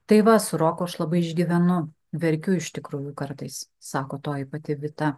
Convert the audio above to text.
tai va su roku aš labai išgyvenu verkiu iš tikrųjų kartais sako toji pati vita